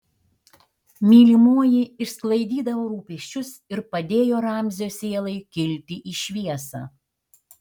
mylimoji išsklaidydavo rūpesčius ir padėjo ramzio sielai kilti į šviesą